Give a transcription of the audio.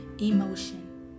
Emotion